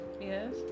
yes